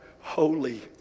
Holy